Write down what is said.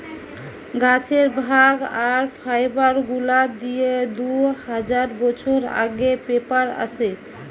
গাছের ভাগ আর ফাইবার গুলা দিয়ে দু হাজার বছর আগে পেপার আসে